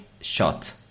shot